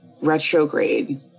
retrograde